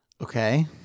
Okay